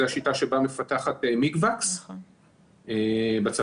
זו השיטה בה מפתחת מיקוואקס בצפון.